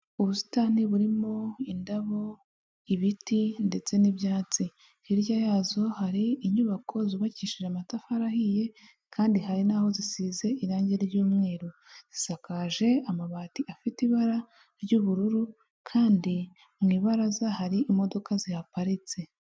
Ubusitani burimo indabo, ibiti ndetse n'ibyatsi, hirya yazo hari inyubako zubakishije amatafari ahiye, kandi hari n'aho zisize irangi ry'umweru, zisakaje amabati afite ibara ry'ubururu kandi mu ibaraza hari imodoka zihaparitse.